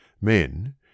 Men